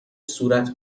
صورت